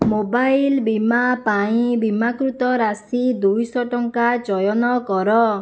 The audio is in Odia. ମୋବାଇଲ ବିମା ପାଇଁ ବିମାକୃତ ରାଶି ଦୁଇଶହ ଟଙ୍କା ଚୟନ କର